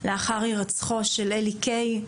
לאחר הירצחו של אלי קיי,